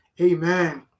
Amen